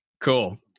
Cool